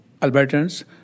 Albertans